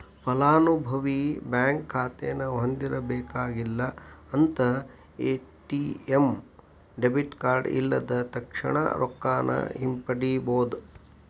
ಫಲಾನುಭವಿ ಬ್ಯಾಂಕ್ ಖಾತೆನ ಹೊಂದಿರಬೇಕಾಗಿಲ್ಲ ಮತ್ತ ಎ.ಟಿ.ಎಂ ಡೆಬಿಟ್ ಕಾರ್ಡ್ ಇಲ್ಲದ ತಕ್ಷಣಾ ರೊಕ್ಕಾನ ಹಿಂಪಡಿಬೋದ್